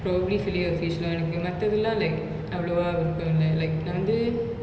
probably fillet O fish lah எனக்கு மத்ததுலா:enaku mathathulaa like அவலவா விருப்பமில்ல:avalavaa virupamilla like நா வந்து:na vanthu